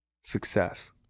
success